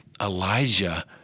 Elijah